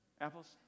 apples